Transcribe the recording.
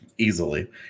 Easily